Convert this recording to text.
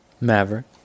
Maverick